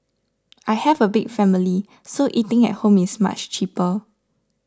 I have a big family so eating at home is much cheaper